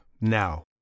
now